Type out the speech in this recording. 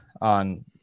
on